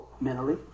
mentally